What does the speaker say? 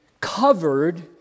covered